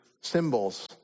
symbols